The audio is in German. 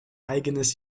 eigenes